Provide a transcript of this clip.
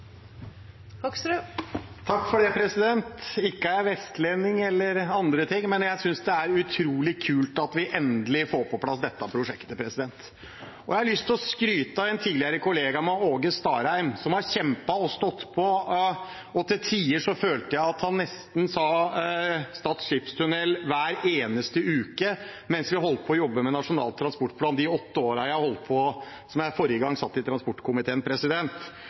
utrolig kult at vi endelig får på plass dette prosjektet. Jeg har lyst til å skryte av en tidligere kollega av meg, Åge Starheim, som har kjempet og stått på. Til tider følte jeg at han sa Stad skipstunnel nesten hver eneste uke mens vi holdt på å jobbe med Nasjonal transportplan de årene jeg forrige gang satt i transportkomiteen. Så det er et utrolig viktig og et utrolig deilig vedtak vi fatter nå i dag. Etter 16 år på huset kan man endelig konstatere at nå er vi i